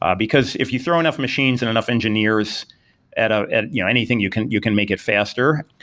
um because if you throw enough machines and enough engineers at ah at you know anything, you can you can make it faster.